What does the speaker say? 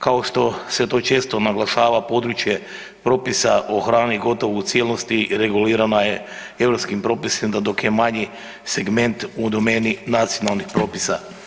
Kao što se to često naglašava, područje propisa o hrani gotovo u cijelost regulirana europskim propisom da dok je manji segment u domeni nacionalnih propisa.